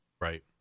right